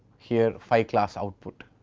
here five class output,